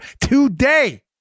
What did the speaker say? today